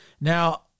Now